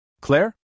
Claire